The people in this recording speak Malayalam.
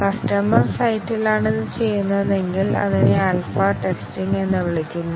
കസ്റ്റമർ സൈറ്റിലാണ് ഇത് ചെയ്യുന്നതെങ്കിൽ അതിനെ ആൽഫാ ടെസ്റ്റിംഗ് എന്ന് വിളിക്കുന്നു